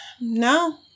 No